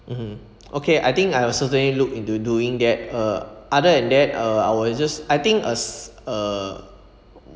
mmhmm okay I think I will certainly look into doing that uh other than that uh I will just I think uh s~ uh